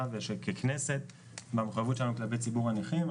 וככנסת והמחויבות שלנו כלפי ציבור הנכים.